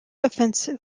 offensive